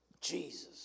Jesus